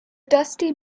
dusty